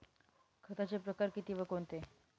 खताचे प्रकार किती व कोणते?